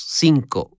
cinco